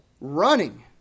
running